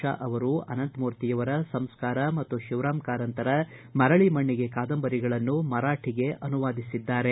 ಶಾ ಅವರು ಅನಂತಮೂರ್ತಿಯವರ ಸಂಸ್ಕಾರ ಮತ್ತು ಶಿವರಾಮ ಕಾರಂತರ ಮರಳ ಮಣ್ಣಿಗೆ ಕಾದಂಬರಿಗಳನ್ನು ಮರಾಠಿಗೆ ಅನುವಾದ ಮಾಡಿದ್ದಾರೆ